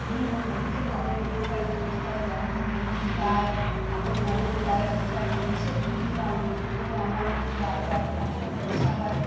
আমিও গরু থেকে অনেক উপকারী জিনিস পাই যেমন দুধ পাই আবার গোবর পাই ঘুঁটা পাই এসব জিনিসগুলো আমার বিক্রি করে আমার খুব আরও আরও পাঁচটা পয়সা হয়